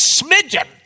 smidgen